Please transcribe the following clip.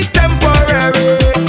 temporary